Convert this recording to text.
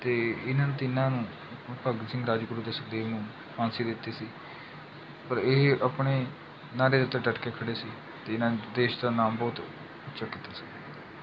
ਅਤੇ ਇਨ੍ਹਾਂ ਤਿੰਨਾਂ ਨੂੰ ਭਗਤ ਸਿੰਘ ਰਾਜਗੁਰੂ ਅਤੇ ਸੁਖਦੇਵ ਨੂੰ ਫਾਂਸੀ ਦਿੱਤੀ ਸੀ ਪਰ ਇਹ ਆਪਣੇ ਨਾਅਰੇ ਦੇ ਉੱਤੇ ਡਟ ਕੇ ਖੜ੍ਹੇ ਸੀ ਅਤੇ ਇਨ੍ਹਾਂ ਨੇ ਦੇਸ਼ ਦਾ ਨਾਮ ਬਹੁਤ ਉੱਚਾ ਕੀਤਾ ਸੀ